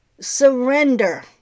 Surrender